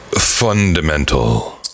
fundamental